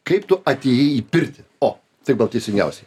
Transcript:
kaip tu atėjai į pirtį o taip gal teisingiausiai